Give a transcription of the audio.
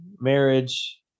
marriage